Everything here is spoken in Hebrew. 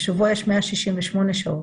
בשבוע יש 168 שעות.